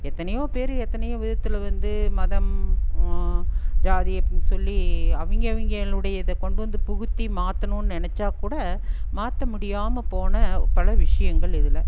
எத்தனையோ பேர் எத்தனையோ விதத்தில் வந்து மதம் ஜாதி அப்படின்னு சொல்லி அவங்க அவங்களுடையத கொண்டு வந்து புகுத்தி மாற்றணும்னு நினைத்தாக்கூட மாற்ற முடியாமல் போன பல விஷயங்கள் இதில்